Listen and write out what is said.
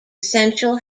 essential